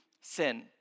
sin